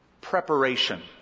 preparation